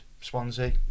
Swansea